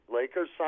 Lakers